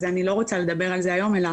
אז אני לא רוצה לדבר על זה היום, אלא